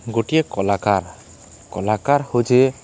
ଗୋଟିଏ କଲାକାର୍ କଲାକାର୍ ହଉଚେ